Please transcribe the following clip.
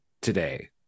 today